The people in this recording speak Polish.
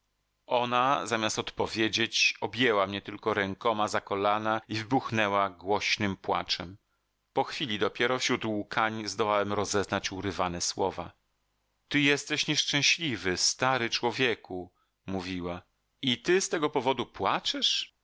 ona zamiast odpowiedzieć objęła mnie tylko rękoma za kolana i wybuchnęła głośnym płaczem po chwili dopiero wśród łkań zdołałem rozeznać urywane słowa ty jesteś nieszczęśliwy stary człowieku mówiła i ty z tego powodu płaczesz